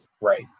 Right